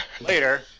Later